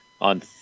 on